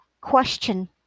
Question